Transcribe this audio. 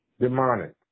Demonic